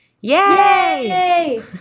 yay